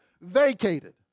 vacated